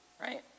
right